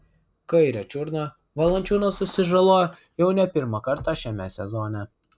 kairę čiurną valančiūnas susižalojo jau ne pirmą kartą šiame sezone